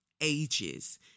Ages